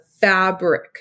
fabric